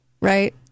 right